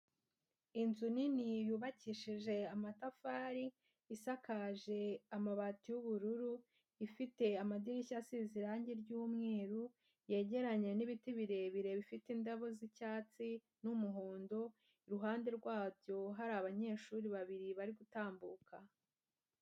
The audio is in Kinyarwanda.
Inzu nini yubakishije amatafari, isakaje amabati y'ubururu, ifite amadirishya asize irange ry'umweru, yegeranye n'ibiti birebire bifite indabo z'icyatsi n'umuhondo, iruhande rwabyo hari abanyeshuri babiri bari gutambuka.